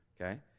okay